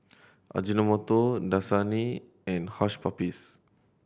Ajinomoto Dasani and Hush Puppies